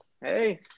Hey